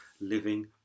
living